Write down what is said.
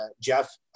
Jeff